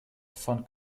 von